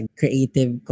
creative